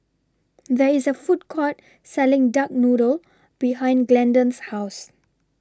There IS A Food Court Selling Duck Noodle behind Glendon's House